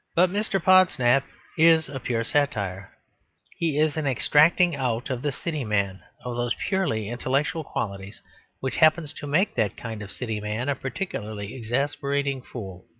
but mr. podsnap is a pure satire he is an extracting out of the city man of those purely intellectual qualities which happen to make that kind of city man a particularly exasperating fool.